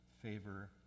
favor